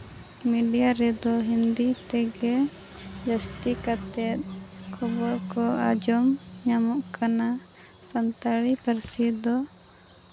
media ᱨᱮᱫᱚ ᱦᱤᱱᱫᱤ ᱛᱮᱜᱮ ᱡᱟᱹᱥᱛᱤ ᱠᱟᱛᱮ ᱠᱷᱚᱵᱚᱨ ᱠᱚ ᱟᱸᱡᱚᱢ ᱧᱟᱢᱚᱜ ᱠᱟᱱᱟ ᱥᱟᱱᱛᱟᱲᱤ ᱯᱟᱹᱨᱥᱤ ᱫᱚ